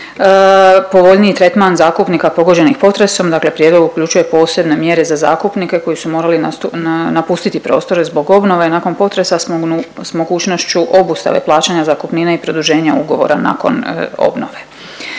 povoljniji tretman zakupnika pogođenih potresom, dakle prijedlog uključuje posebne mjere za zakupnike koji su morali napustiti prostore zbog obnove nakon potresa s mogućnošću obustave plaćanja zakupnine i produženja ugovora nakon obnove.